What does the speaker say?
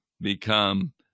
become